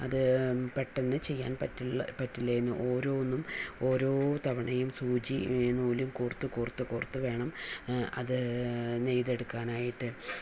അത് പെട്ടെന്ന് ചെയ്യാൻ പറ്റില്ല പറ്റില്ലായിരുന്നു ഓരോന്നും ഓരോ തവണയും സുചി നൂലും കോർത്ത് കോർത്ത് വേണം അത് നെയ്തടുക്കാനായിട്ട്